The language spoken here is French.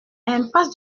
impasse